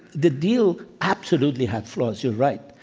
the deal absolutely had flaws, you're right.